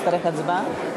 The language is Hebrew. נצטרך הצבעה?